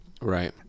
Right